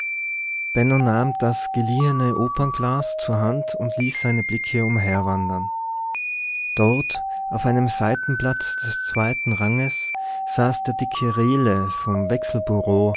nahm das geliehene opernglas zur hand und ließ seine blicke umherwandern dort auf einem seitenplatz des zweiten ranges saß der dicke rehle vom